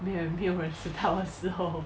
没有没有人知道的时候